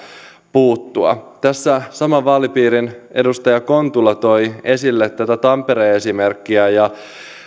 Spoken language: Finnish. puuttua tässä saman vaalipiirin edustaja kontula toi esille tätä tampere esimerkkiä ja